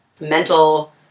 mental